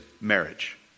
marriage